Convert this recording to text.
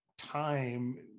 time